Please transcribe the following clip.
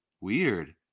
Weird